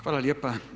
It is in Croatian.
Hvala lijepa.